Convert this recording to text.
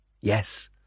Yes